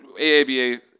AABA